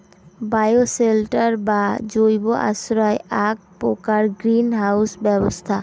bioshelter বা জৈব আশ্রয় এ্যাক প্রকার গ্রীন হাউস ব্যবস্থা